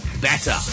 better